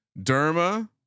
Derma